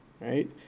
right